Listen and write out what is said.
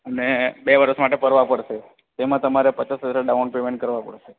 અને બે વર્ષ માટે ભરવા પડશે તેમાં તમારે પચાસ હજાર ડાઉન પેમેન્ટ કરવું પડશે